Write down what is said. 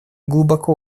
глубоко